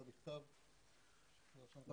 אתה מוריד את התחזוקה בתקנות אפשר להגיע ל-80 טרה ייצור.